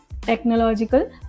technological